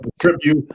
tribute